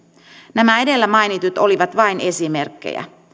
nämä edellä mainitut olivat vain esimerkkejä